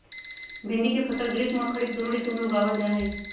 भिंडी के फसल ग्रीष्म आर खरीफ दोनों ऋतु में उगावल जा हई